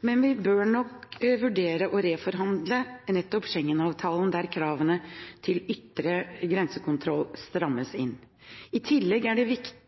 Vi bør nok vurdere å reforhandle Schengen-avtalen slik at kravene til ytre grensekontroll strammes inn. I tillegg er det